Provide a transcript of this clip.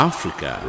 Africa